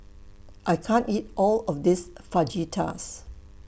I can't eat All of This Fajitas